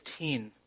15